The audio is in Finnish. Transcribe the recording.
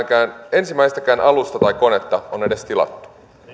ensimmäistäkään alusta tai konetta on edes tilattu